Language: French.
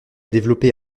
développé